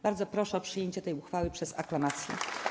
Bardzo proszę o przyjęcie tej uchwały przez aklamację.